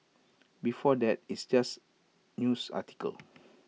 before that it's just news articles